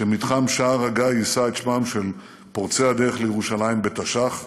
שמתחם שער הגיא יישא את שמם של פורצי הדרך לירושלים בתש"ח.